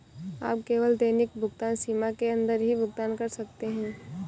आप केवल दैनिक भुगतान सीमा के अंदर ही भुगतान कर सकते है